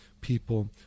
people